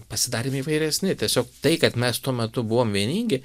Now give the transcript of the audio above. pasidarėm įvairesni tiesiog tai kad mes tuo metu buvom vieningi